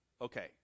okay